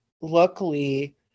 luckily